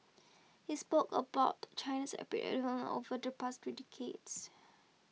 he spoke about China's over the past three decades